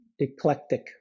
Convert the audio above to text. eclectic